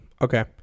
Okay